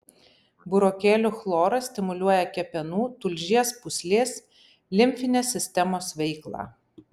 burokėlių chloras stimuliuoja kepenų tulžies pūslės limfinės sistemos veiklą